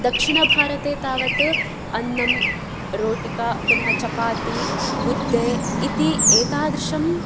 दक्षिणभारते तावत् अन्नं रोटिका पुनः चपाति मुद्दे इति एतादृशम्